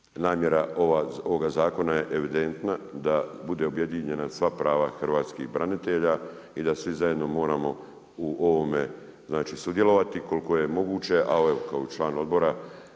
Namjera ovog zakona je evidentna da budu objedinjena sva prava hrvatskih branitelja i da svi zajedno moramo u ovome sudjelovati koliko je moguće, a evo kao član odbora